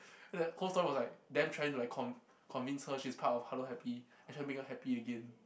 the whole story was like them trying to con~ convince her she's part of Hello Happy and make her happy again